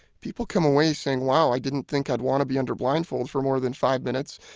people come away saying, wow, i didn't think i would want to be under blindfold for more than five minutes,